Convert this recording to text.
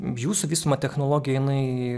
jūsų vystoma technologija jinai